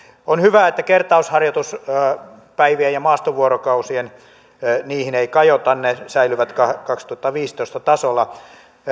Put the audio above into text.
on hyvä että kertausharjoituspäiviin ja maastovuorokausiin ei kajota ne säilyvät kaksituhattaviisitoista tasolla